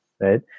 Right